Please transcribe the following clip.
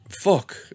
Fuck